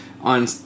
on